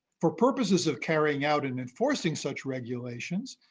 for purposes of carrying out and enforcing such regulations,